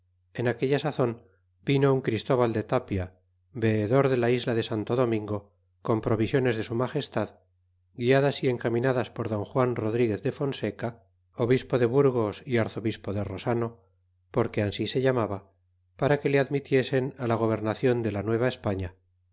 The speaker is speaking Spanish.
en aquella sazon vino un christóbal de tapia veedor de la isla de santo domingo con provisiones de su magestad guiadas y encaminadas por don juan rodríguez de fonseca obispo de burgos y arzobispo de rosano porque ansi se llamaba para que le admitiesen á la gobernacion de la